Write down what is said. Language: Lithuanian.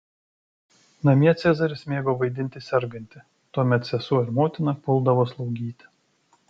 namie cezaris mėgo vaidinti sergantį tuomet sesuo ir motina puldavo slaugyti